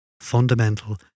fundamental